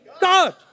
God